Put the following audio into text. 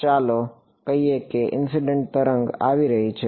તો ચાલો કહીએ કે ઇનસિડન્ટ તરંગ આવી રહી છે